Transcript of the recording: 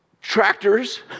tractors